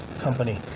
Company